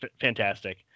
fantastic